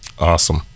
awesome